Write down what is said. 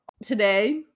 Today